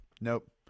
Nope